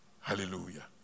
Hallelujah